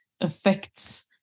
affects